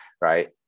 Right